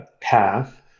path